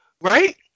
right